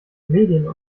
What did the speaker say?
medien